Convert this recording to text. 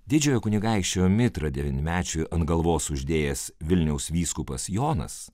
didžiojo kunigaikščio mitrą devynmečiui ant galvos uždėjęs vilniaus vyskupas jonas